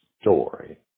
story